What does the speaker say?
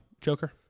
joker